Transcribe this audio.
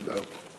תודה.